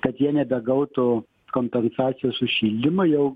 kad jie nebegautų kompensacijos už šildymą jau